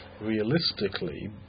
realistically